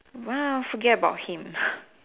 !wow! forget about him